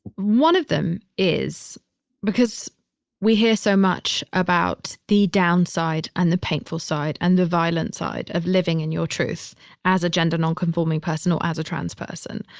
one of them is because we hear so much about the downside and the painful side and the violent side of living in your truth as a gender nonconforming person or as a trans person.